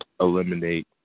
eliminate